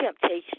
temptation